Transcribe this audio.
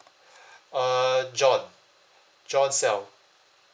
uh john john sal